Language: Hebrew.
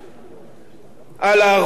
על הערבויות שחודשו,